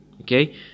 okay